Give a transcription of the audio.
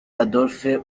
adolphe